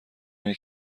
اینه